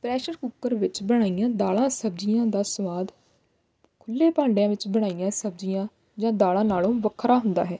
pressure cooker ਵਿੱਚ ਬਣਾਈਆਂ ਦਾਲਾਂ ਸਬਜ਼ੀਆਂ ਦਾ ਸਵਾਦ ਖੁੱਲ੍ਹੇ ਭਾਂਡਿਆਂ ਵਿੱਚ ਬਣਾਈਆਂ ਸਬਜ਼ੀਆਂ ਜਾਂ ਦਾਲਾਂ ਨਾਲੋਂ ਵੱਖਰਾ ਹੁੰਦਾ ਹੈ